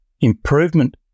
improvement